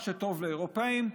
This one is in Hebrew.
מה שטוב לאירופים,